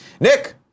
Nick